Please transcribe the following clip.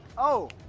oh!